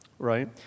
Right